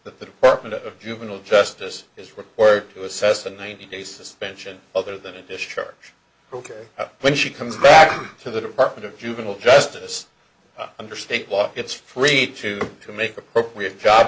that the department of juvenile justice is required to assess the ninety day suspension other than a discharge ok when she comes back to the department of juvenile justice under state law it's freed to make appropriate job